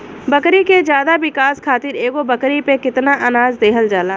बकरी के ज्यादा विकास खातिर एगो बकरी पे कितना अनाज देहल जाला?